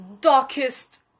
darkest